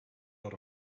dot